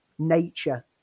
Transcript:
Nature